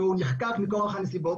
שהוא נחקק מכוח הנסיבות,